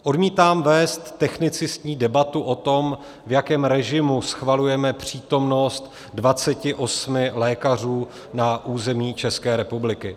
Odmítám vést technicistní debatu o tom, v jakém režimu schvalujeme přítomnost 28 lékařů na území České republiky.